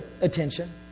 attention